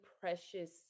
precious